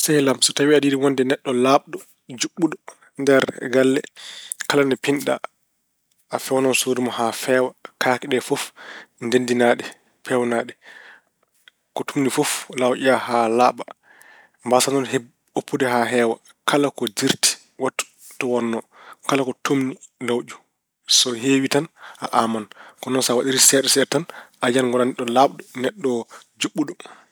Sehil am, so tawi aɗa yiɗi wonde neɗɗo laaɓɗo, juɓɓuɗo nder galle, kala nde pinɗa, a feewnan suudu ma haa feewa. Kaake ɗe fof ndenndina ɗe, peewna ɗe. Ko tumni fof, laawƴa haa laaɓa. mbasaa noon oppude haa heewa. Kala ko dirti, waɗtu to wonnoo. Kala ko tumni, lawƴu. So heewi tan, a aaman. Ko noon sa waɗiniri seeɗa seeɗa tan, ha yiyan ngoɗa neɗɗo laaɓɗo, neɗɗo juɓɓuɗo.